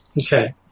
Okay